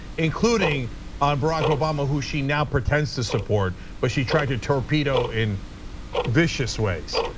including um barack obama who she now pretends to support, but she tried to torpedo in vicious ways.